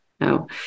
No